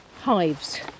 hives